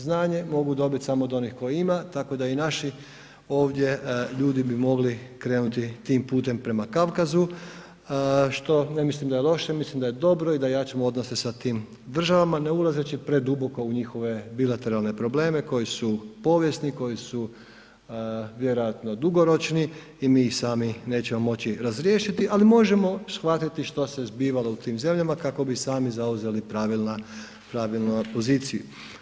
Znanje mogu dobiti samo od onih koji ima, tako da i naši ovdje ljudi bi mogli krenuti tim putem prema Kavkazu što ne mislim da je loše, mislim da je dobro i da jačamo odnose sa tim državama ne ulazeći preduboko u njihove bilateralne probleme koji su povijesni, koji su vjerojatno dugoročni i mi ih sami vjerojatno nećemo moći razriješiti, ali možemo shvatiti što se zbivalo u tim zemljama kako bi i sami zauzeli pravilnu poziciju.